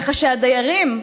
ככה שהדיירים,